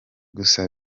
gusa